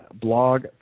Blog